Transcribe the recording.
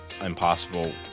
impossible